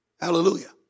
Hallelujah